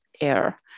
air